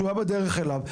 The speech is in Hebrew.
או שהיה בדרך אליו.